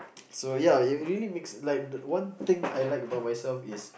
so ya it really makes like one thing I like about myself is